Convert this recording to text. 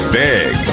big